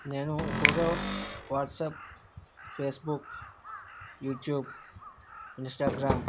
నేను ఎక్కువగా WhatsApp Facebook YouTube Instagram